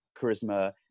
charisma